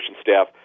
staff